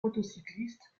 motocyclistes